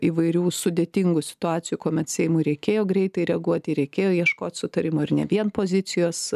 įvairių sudėtingų situacijų kuomet seimui reikėjo greitai reaguoti reikėjo ieškot sutarimo ir ne vien pozicijos